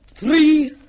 Three